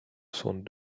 sont